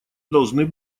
должны